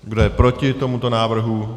Kdo je proti tomuto návrhu?